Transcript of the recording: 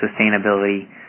sustainability